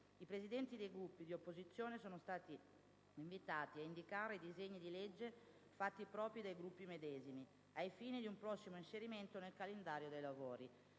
I Presidenti dei Gruppi di opposizione sono stati invitati a indicare i disegni di legge fatti propri dai Gruppi medesimi, ai fini di un prossimo inserimento nel calendario dei lavori.